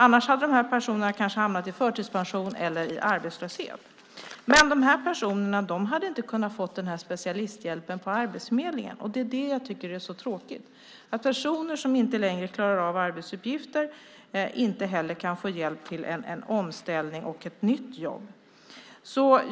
Annars hade de personerna kanske hamnat i förtidspension eller arbetslöshet. Men de personerna hade inte kunnat få den speciella hjälpen på Arbetsförmedlingen. Det jag tycker är så tråkigt är att personer som inte klarar av arbetsuppgifter inte kan få hjälp till omställning och ett nytt jobb.